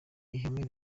ihame